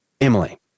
Emily